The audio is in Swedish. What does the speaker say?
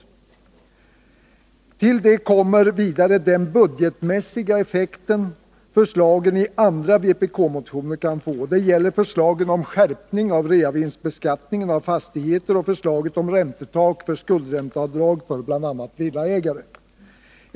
Härtill kommer vidare den budgetmässiga effekt som förslagen i andra vpk-motioner kan få. Det gäller förslagen om skärpning av reavinstbeskattningen på fastigheter samt förslaget om räntetak för skuldränteavdrag för bl.a. villaägare.